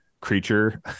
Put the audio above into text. creature